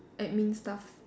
admin stuff